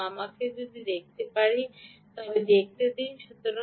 সুতরাং আমাকে যদি দেখতে পারি তবে দেখতে দিন